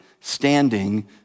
standing